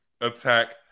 attack